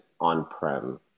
on-prem